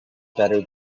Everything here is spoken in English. better